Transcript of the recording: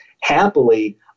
happily